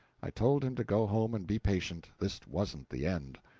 i told him to go home and be patient, this wasn't the end.